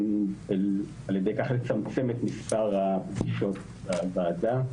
ועל ידי כך לצמצם את מספר הפגישות בוועדה.